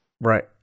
Right